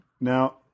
Now